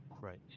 Right